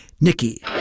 Nikki